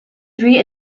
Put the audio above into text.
three